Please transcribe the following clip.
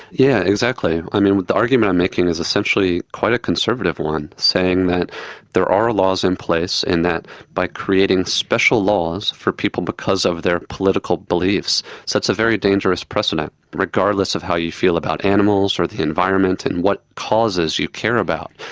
yeah exactly. i mean, the argument i'm making is essentially quite a conservative one, saying that there are laws in place and that by creating special laws for people because of their political beliefs sets a very dangerous precedent regardless of how you feel about animals or the environment and what causes you care about,